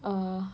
err